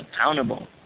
accountable